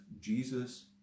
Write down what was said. Jesus